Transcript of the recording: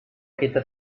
kita